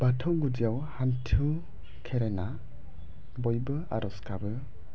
बाथौ गुदियाव हान्थु खेरायना बयबो आरज गाबो